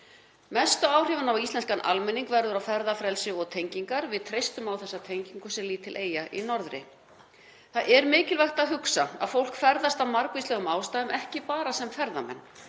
Mestu áhrifin á íslenskan almenning verða á ferðafrelsi og tengingar; við treystum á þessa tengingu sem lítil eyja í norðri. Það er mikilvægt að hugsa um að fólk ferðast af margvíslegum ástæðum, ekki bara sem ferðamenn,